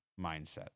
mindset